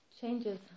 changes